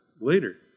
later